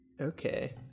Okay